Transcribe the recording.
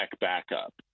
backup